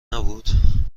نبود